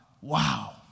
Wow